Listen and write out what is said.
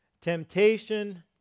temptation